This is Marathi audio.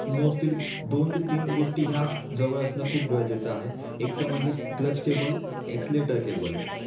मोस्टील दोन ते तीन गोष्टी ह्या जवळ असणं खूप गरजेचं आहे एक तर म्हणजे क्लच केबल एक्सलेटर केबल